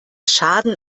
schaden